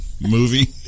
movie